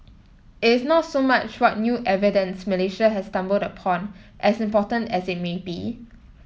it is not so much what new evidence Malaysia has stumbled upon as important as it may be